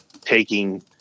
taking